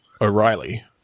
O'Reilly